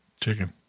chicken